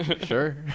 Sure